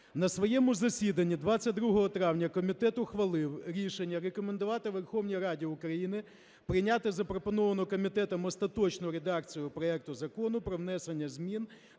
На своєму засіданні 22 травня комітет ухвалив рішення рекомендувати Верховній Раді України прийняти запропоновану комітетом остаточну редакцію проекту Закону про внесення змін